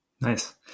Nice